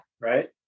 Right